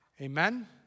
Amen